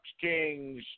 Kings